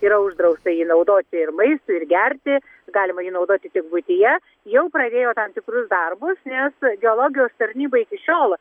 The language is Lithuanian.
yra uždrausta jį naudoti ir maistui ir gerti galima jį naudoti tik buityje jau pradėjo tam tikrus darbus nes geologijos tarnyba iki šiol